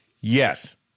Yes